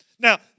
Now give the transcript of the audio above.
Now